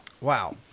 Wow